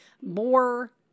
more